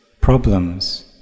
problems